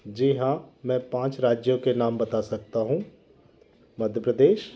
जी हाँ मैं पाँच राज्यों के नाम बता सकता हूँ मध्य प्रदेश